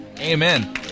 Amen